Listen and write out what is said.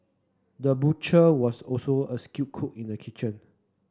the butcher was also a skilled cook in the kitchen